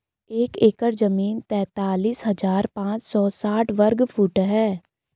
एक एकड़ जमीन तैंतालीस हजार पांच सौ साठ वर्ग फुट है